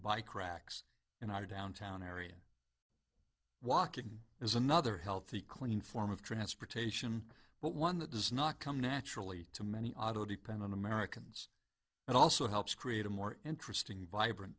racks in our downtown area walking is another healthy clean form of transportation but one that does not come naturally to many auto depend on americans and also helps create a more interesting vibrant